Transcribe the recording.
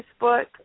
Facebook